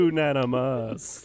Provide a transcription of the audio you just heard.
Unanimous